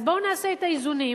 אז בואו נעשה את האיזונים,